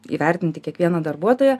įvertinti kiekvieną darbuotoją